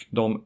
de